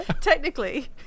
technically